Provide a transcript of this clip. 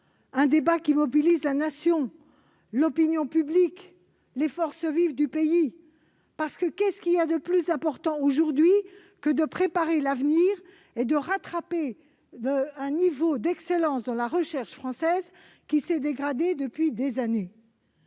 qui mobilise la Nation, l'opinion publique et les forces vives du pays. Qu'y a-t-il en effet de plus important aujourd'hui que de préparer l'avenir et de rattraper le niveau d'excellence de la recherche française, qui s'est dégradé depuis des années ?